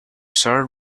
sir